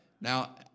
Now